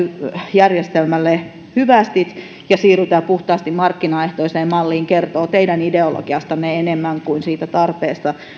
järjestelmälle hyvästit ja siirrytään puhtaasti markkinaehtoiseen malliin kertoo teidän ideologiastanne enemmän kuin siitä tarpeesta